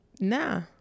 nah